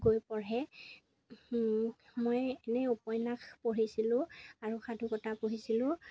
গৈ পঢ়ে মই এনেই উপন্যাস পঢ়িছিলোঁ আৰু সাধুকথা পঢ়িছিলোঁ